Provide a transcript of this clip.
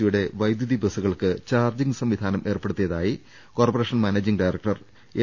സിയുടെ വൈദ്യുതി ബസുകൾക്ക് ചാർജിങ് സംവിധാനം ഏർപ്പെടുത്തിയ തായി കോർപ്പറേഷൻ മാനേജിങ് ഡയറക്ടർ എം